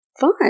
fun